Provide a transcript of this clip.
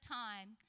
time